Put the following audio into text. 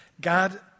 God